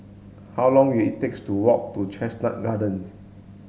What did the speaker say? how long will it takes to walk to Chestnut Gardens